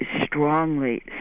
strongly